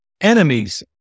enemies